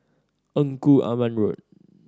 Engku Aman Road